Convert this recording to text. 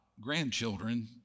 grandchildren